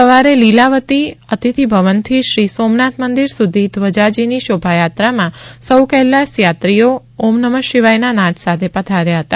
સવારે લીલાવતી અતિથિભવનથી શ્રી સોમનાથ મંદિર સુધી ધ્વજાજીની શોભાયાત્રામાં સૌ કૈલાસ યાત્રીઓ ઓમ નમશિવાયના નાદ સાથે પધાર્યા હતા